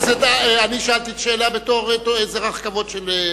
אני שאלתי את השאלה בתור אזרח כבוד של אום-אל-פחם.